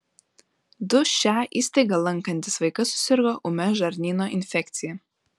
du šią įstaigą lankantys vaikai susirgo ūmia žarnyno infekcija